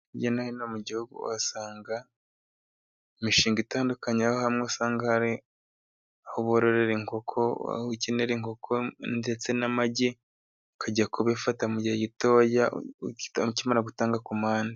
Hirya no hino mu gihugu uhasanga imishinga itandukanye, aho hamwe usanga hari aho bororera inkoko, aho ukenera inkoko ndetse n'amagi ukajya kubifata mu gihe gito, ukimara gutanga komande.